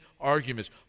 arguments